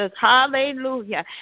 hallelujah